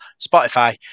Spotify